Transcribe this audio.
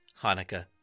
Hanukkah